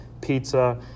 pizza